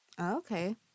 Okay